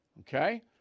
okay